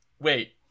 Wait